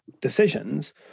decisions